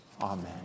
Amen